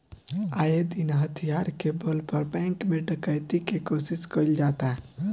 आये दिन हथियार के बल पर बैंक में डकैती के कोशिश कईल जाता